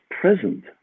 present